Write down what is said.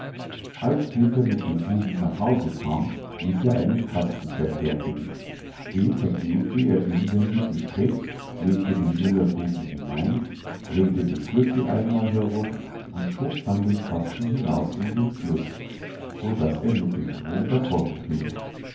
als peter mit dem buben nach hause kam ließ er einen kasten verfertigen den verklebte er inwendig mit pech legte den müllerbuben hinein dreh'te den schlüssel einmal herum und schob dann den kasten hinaus in den fluß so daß er mit dem strom davon